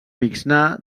mixnà